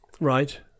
Right